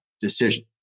decision